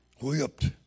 whipped